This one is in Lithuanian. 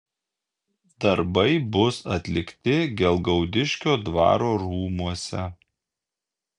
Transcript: darbai bus atlikti gelgaudiškio dvaro rūmuose